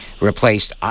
replaced